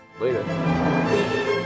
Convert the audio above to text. later